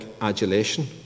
adulation